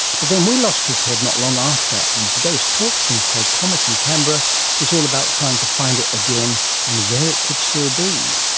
but then we lost his head not long after and today's talk from craig cormick in canberra is all about trying to find it again and where it could still be.